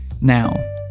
Now